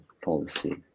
policy